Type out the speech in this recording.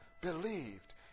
believed